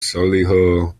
solihull